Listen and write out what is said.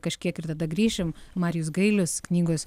kažkiek ir tada grįšim marijus gailius knygos